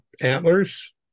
Antlers